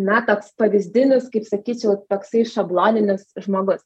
na toks pavyzdinis kaip sakyčiau toksai šabloninius žmogus